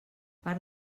part